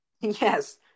Yes